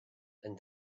and